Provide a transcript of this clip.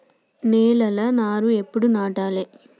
నేలలా నారు ఎప్పుడు నాటాలె?